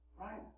Right